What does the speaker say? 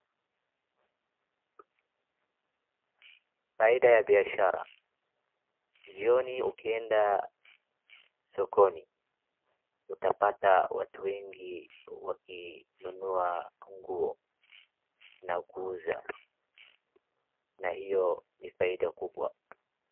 Faida ya biashara jioni ukienda sokoni utapata watu wengi wakinunua nguo na kuuza na hiyo ni faida kubwa.